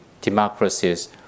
democracies